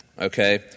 Okay